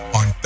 on